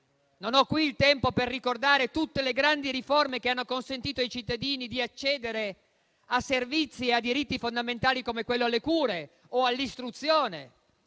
Non ho qui il tempo per ricordare tutte le grandi riforme che hanno consentito ai cittadini di accedere a servizi e a diritti fondamentali come quello alle cure o all'istruzione;